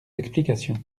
explications